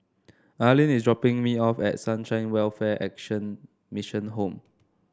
Arlyn is dropping me off at Sunshine Welfare Action Mission Home